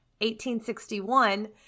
1861